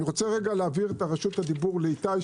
אעביר את רשות הדיבור לאיתי,